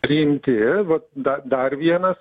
rimti ir vat da dar vienas